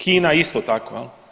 Kina isto tako.